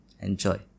Enjoy